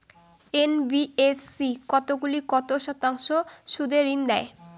NBFC কতগুলি কত শতাংশ সুদে ঋন দেয়?